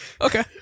Okay